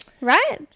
right